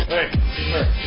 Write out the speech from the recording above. Hey